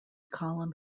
column